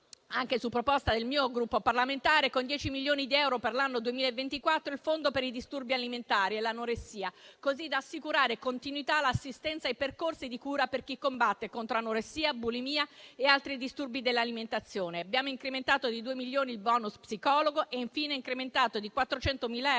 anche su proposta del mio Gruppo parlamentare, con 10 milioni di euro per l'anno 2024 il fondo per i disturbi alimentari e l'anoressia, così da assicurare continuità all'assistenza e ai percorsi di cura per chi combatte contro anoressia, bulimia e altri disturbi dell'alimentazione. Abbiamo incrementato di due milioni il *bonus* psicologo e infine incrementato di 400.000 euro